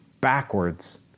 backwards